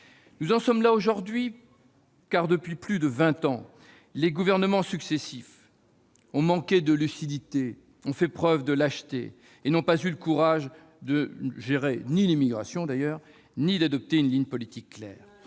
Nous en sommes là aujourd'hui, car, depuis plus de vingt ans, les gouvernements successifs ont manqué de lucidité, ont fait preuve de lâcheté et n'ont pas eu le courage ni de gérer l'immigration ... Il y a un lien !... ni d'adopter une ligne politique claire.